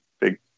big